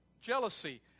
jealousy